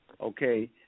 okay